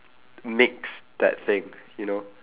makes that thing you know